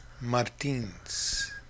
Martins